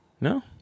No